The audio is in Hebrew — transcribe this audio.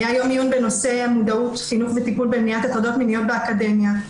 היה יום עיון בנושא המודעות והטיפול במניעת הטרדות מיניות באקדמיה.